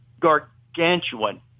gargantuan